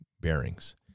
bearings